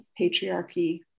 patriarchy